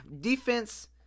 defense